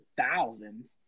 thousands